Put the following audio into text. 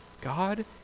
God